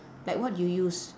like what you use